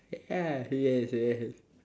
yeah yes yes